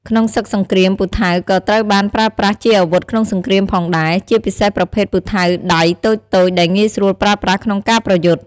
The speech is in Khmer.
ក្នុងសឹកសង្គ្រាម ពូថៅក៏ត្រូវបានប្រើប្រាស់ជាអាវុធក្នុងសង្គ្រាមផងដែរ ជាពិសេសប្រភេទពូថៅដៃតូចៗដែលងាយស្រួលប្រើប្រាស់ក្នុងការប្រយុទ្ធ។